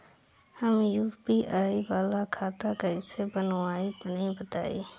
हम यू.पी.आई वाला खाता कइसे बनवाई तनि बताई?